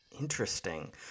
Interesting